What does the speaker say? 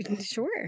sure